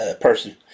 person